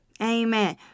Amen